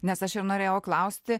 nes aš ir norėjau klausti